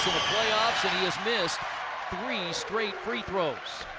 playoffs. and he has missed three straight free throws.